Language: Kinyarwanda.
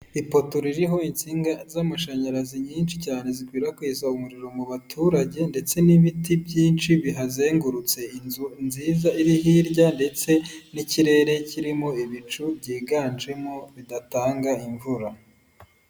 Ipoto ririho insinga z'amashanyarazi nyinshi cyane zikwirakwiza umuriro mu baturage ndetse n'ibiti byinshi bihazengurutse, inzu nziza iri hirya ndetse n'ikirere kirimo ibicu byiganjemo bidatanga imvura.